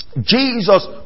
Jesus